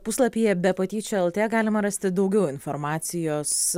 puslapyje be patyčių lt galima rasti daugiau informacijos